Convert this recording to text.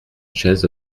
chaise